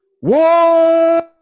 one